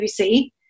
BBC